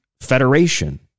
federation